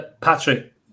Patrick